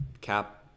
cap